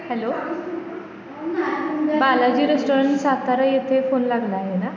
hello Balaji restaurant Satara येथे phone लागला आहे ना